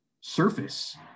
surface